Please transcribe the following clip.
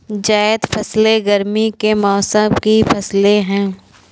ज़ैद फ़सलें गर्मी के मौसम की फ़सलें हैं